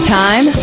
time